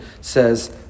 says